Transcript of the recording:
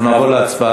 אנחנו נעבור להצבעה.